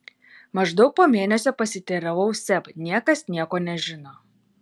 maždaug po mėnesio pasiteiravau seb niekas nieko nežino